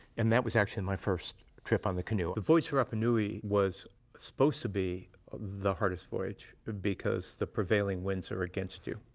and that was actually my first trip on the canoe. the voyage to rapa nui was supposed to be the hardest voyage, because the prevailing winds are against you.